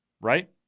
right